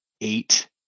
eight